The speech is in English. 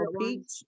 peach